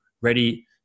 ready